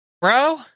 bro